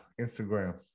Instagram